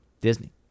Disney